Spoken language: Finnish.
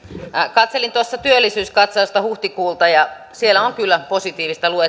katselin tuossa työllisyyskatsausta huhtikuulta ja siellä on kyllä positiivista